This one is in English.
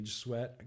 sweat